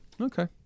Okay